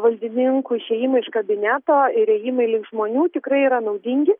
valdininkų išėjimai iš kabineto ir ėjimai link žmonių tikrai yra naudingi